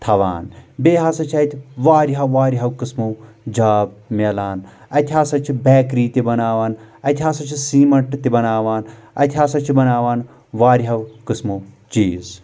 تھوان بیٚیہِ ہسا چھ، اتہِ واریہو واریہو قٕسمو جاب ملان اتہِ ہسا چھ بیکری تہِ بناوان اتہِ ہسا چھ سیٖمٹ تہِ بناوان اتہِ ہسا چھِ بناوان واریہو قٕسمو چیٖز